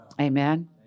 Amen